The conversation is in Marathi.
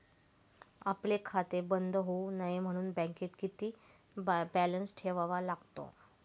आपले खाते बंद होऊ नये म्हणून बँकेत किती बॅलन्स ठेवावा लागतो?